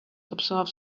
observe